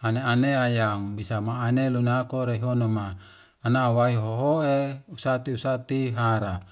Ane ane ayam bisa maanelunakore hono ma ana waihoho'e usati usati hara